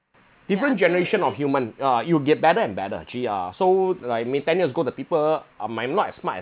different generation of human uh it'll get better and better actually uh so like may ten years ago the people uh might not as smart as